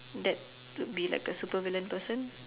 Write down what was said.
that would be like a supervillain person